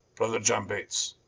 brother iohn bates,